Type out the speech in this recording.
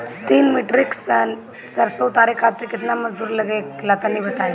तीन metric ton सरसो उतारे खातिर केतना मजदूरी लगे ला तनि बताई?